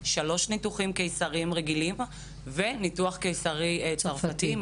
שלושה ניתוחים קיסריים רגילים וניתוח קיסרי צרפתי.